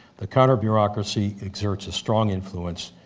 the counter-bureaucracy exerts a strong influence,